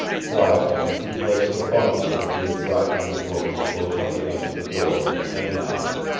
quietly he placed the bundle which he had brought from the post close up against the door, and knocked.